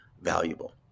valuable